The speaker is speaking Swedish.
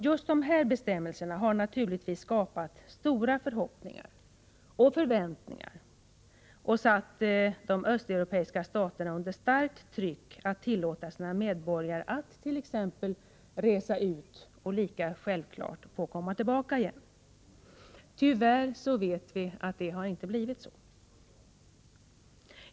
Just de här bestämmelserna har naturligtvis skapat stora förhoppningar och förväntningar och satt de östeuropeiska staterna under starkt tryck att tillåta sina medborgare att t.ex. resa ut och lika självklart få komma tillbaka igen. Tyvärr vet vi att det inte har blivit så.